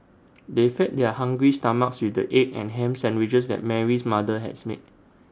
they fed their hungry stomachs with the egg and Ham Sandwiches that Mary's mother has made